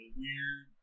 weird